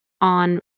on